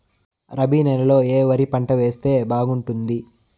రబి నెలలో ఏ వరి పంట వేస్తే బాగుంటుంది